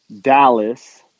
Dallas